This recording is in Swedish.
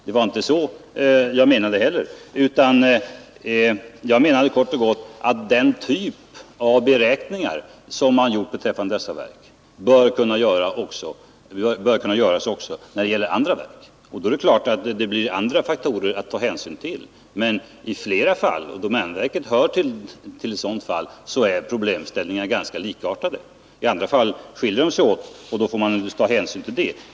Det var inte så jag menade heller, utan jag menade kort och gott att den typ av beräkningar som man gjort beträffande dessa verk bör kunna göras också när det gäller andra verk. Det är klart att det då blir andra faktorer att ta hänsyn till, men i flera fall — domänverket är ett sådant fall — är problemställningarna ganska likartade. I andra fall skiljer de sig åt, och då får man naturligtvis ta hänsyn till det.